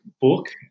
book